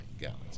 gallons